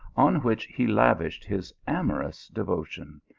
on which he lavished his amorous devotion,